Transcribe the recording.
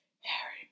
Harry